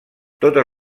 totes